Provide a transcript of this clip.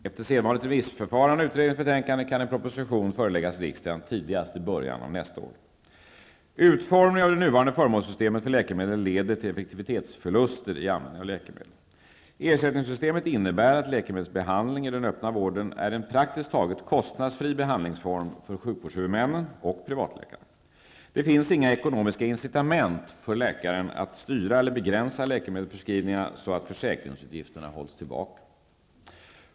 Efter sedvanligt remissförfarande i fråga om utredningens betänkande kan en proposition föreläggas riksdagen tidigast i början av år 1993. Utformningen av det nuvarande förmånssystemet för läkemedel leder till effektivitetsförluster i användningen av läkemedel. Ersättningssystemet innebär att läkemedelsbehandling i den öppna vården är en praktiskt taget kostnadsfri behandlingsform för sjukvårdshuvudmännen och privatläkarna. Det finns inga ekonomiska incitament för läkaren att styra eller begränsa läkemedelsförskrivningarna så att försäkringsutgifterna hålls tillbaka.